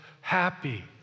happy